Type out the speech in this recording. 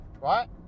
right